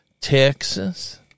Texas